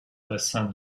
bassin